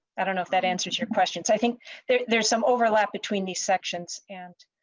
i don't know if that answers your questions i think there's there's some overlap between the sections and